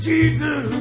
Jesus